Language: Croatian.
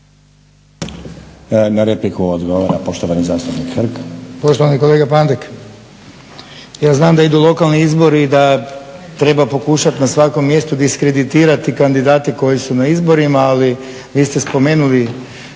Na repliku odgovara poštovani zastupnik Hrg. **Hrg, Branko (HSS)** Poštovani kolega Pandek, ja znam da idu lokalni izbori i da treba pokušat na svakom mjestu diskreditirati kandidate koji su na izborima, ali vi ste spomenuli